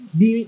di